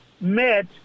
met